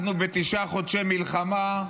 אנחנו בתשעה חודשי מלחמה,